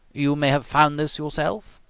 you may have found this yourself?